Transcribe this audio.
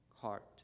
heart